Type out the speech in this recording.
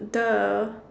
the